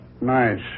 nice